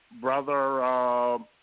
Brother